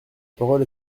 parole